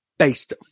Based